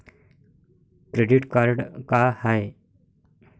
Credit card का हाय?